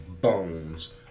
bones